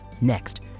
next